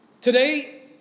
Today